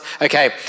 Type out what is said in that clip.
okay